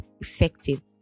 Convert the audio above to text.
effective